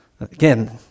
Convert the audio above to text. Again